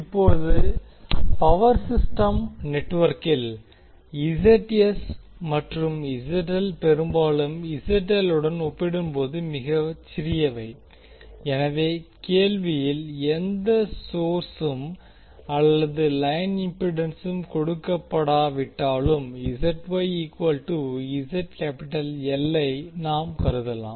இப்போது power system நெட்வொர்க்கில் மற்றும் பெரும்பாலும் உடன் ஒப்பிடும்போது மிகச் சிறியவை எனவே கேள்வியில் எந்த சொர்ஸும் அல்லது லைன் இம்பிடன்சும் கொடுக்கப்படாவிட்டாலும் ஐ நாம் கருதலாம்